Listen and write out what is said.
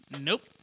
Nope